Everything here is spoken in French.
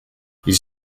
ils